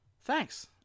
Thanks